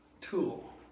tool